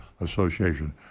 Association